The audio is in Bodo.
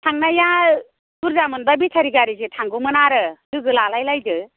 थांनाया बुरजामोनब्ला बेटारि गारिजों थांगौमोन आरो लोगो लालाय लायदो